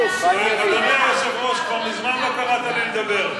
אדוני היושב-ראש, כבר מזמן לא קראת לי לדבר.